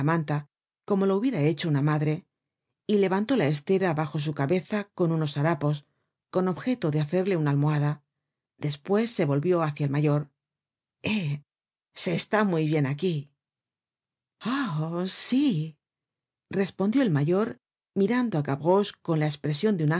como lo hubiera hecho una madre y levantó la estera bajo su cabeza con unos harapos con objeto de hacerle una almohada despues se volvió hacia el mayor eh se está muy bien aquí content from google book search generated at ah sí respondió el mayor mirando á gavroche con la espresion de un